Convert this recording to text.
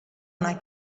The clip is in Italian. una